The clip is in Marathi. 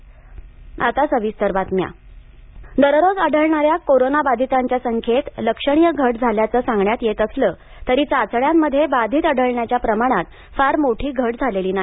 राज्य कोविड दररोज आढळणाऱ्या कोरोनाबाधितांच्या संख्येत लक्षणीय घट झाल्याचं सांगण्यात येत असलं तरी चाचण्यांमध्ये बाधित आढळण्याच्या प्रमाणात फार मोठी घट झालेली नाही